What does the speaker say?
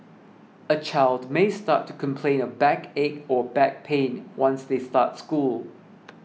a child may start to complain of backache or back pain once they start school